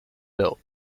built